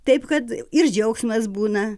taip kad ir džiaugsmas būna